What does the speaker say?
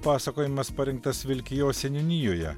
pasakojimas parengtas vilkijos seniūnijoje